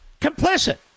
complicit